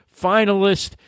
finalist